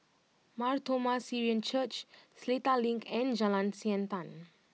Mar Thoma Syrian Church Seletar Link and Jalan Siantan